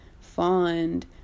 fond